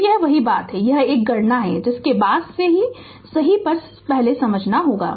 तो वही बात है एक यह गणना है जिसे बाद में ही सही पर पहले समझना होगा